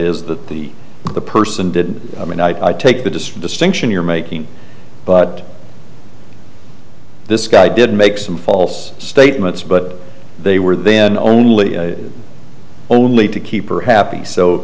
is that the the person did i mean i take the distinction you're making but this guy did make some false statements but they were then only only to keep her happy so